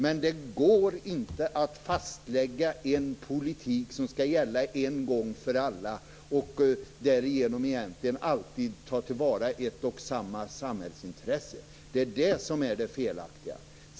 Men det går inte att fastlägga en politik som skall gälla en gång för alla och därigenom alltid ta till vara ett och samma samhällsintresse. Det är det som är det felaktiga.